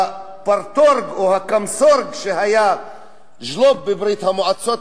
ה"פרטורג" או ה"קמסורג" שהיה ז'לוב בברית-המועצות,